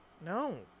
no